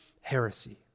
heresy